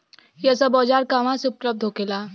यह सब औजार कहवा से उपलब्ध होखेला?